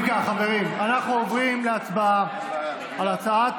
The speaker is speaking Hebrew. אם כך, חברים, אנחנו עוברים להצבעה על הצעת